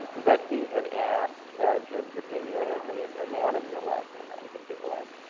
but he had asked jim's opinion of the anatomy lesson, i think it was.